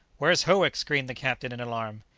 where's howick? screamed the captain in alarm.